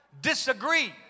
disagree